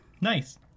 Nice